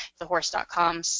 thehorse.com